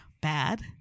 bad